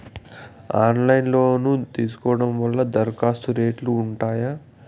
Online లో loan తీసుకోవడం వల్ల దరఖాస్తు రేట్లు ఉంటాయా?